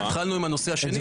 התחלנו עם הנושא השני.